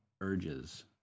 urges